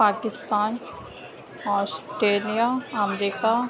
Pakistan Australia America